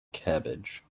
cabbage